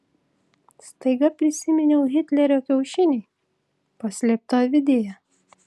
staiga prisiminiau hitlerio kiaušinį paslėptą avidėje